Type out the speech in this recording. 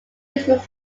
uses